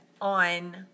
on